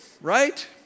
right